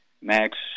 max